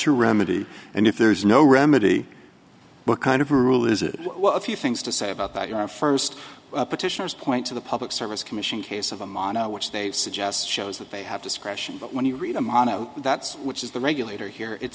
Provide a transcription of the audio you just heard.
your remedy and if there's no remedy what kind of rule is it what a few things to say about that your first petitioners point to the public service commission case of a mano which they suggest shows that they have discretion but when you read a mano that's which is the regulator here it